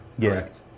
correct